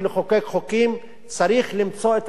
צריך למצוא את הדרכים, כולל החוק הזה, דרך אגב.